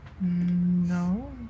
No